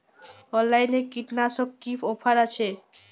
অনলাইনে কীটনাশকে কি অফার আছে?